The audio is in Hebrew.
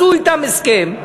עשו אתם הסכם,